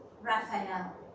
Raphael